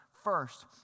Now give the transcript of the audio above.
first